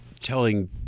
telling